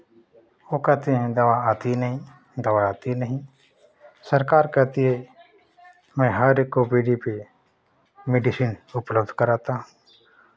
वो कहती हैं दवा आती नहीं दवा आती नहीं सरकार कहती है मैं हर एक ओ पी डी पे मेडिसिन उपलब्ध कराता हूँ